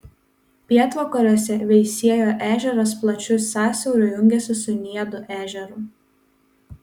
pietvakariuose veisiejo ežeras plačiu sąsiauriu jungiasi su niedų ežeru